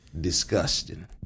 Disgusting